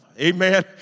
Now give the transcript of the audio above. amen